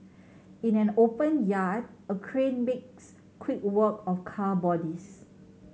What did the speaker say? in an open yard a crane makes quick work of car bodies